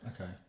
okay